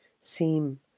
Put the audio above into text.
seem